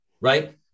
right